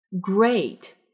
Great